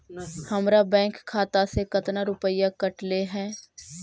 हमरा बैंक खाता से कतना रूपैया कटले है?